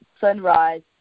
Sunrise